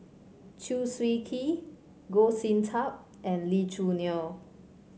Chew Swee Kee Goh Sin Tub and Lee Choo Neo